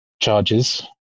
charges